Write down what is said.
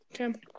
Okay